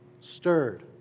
stirred